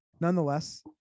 nonetheless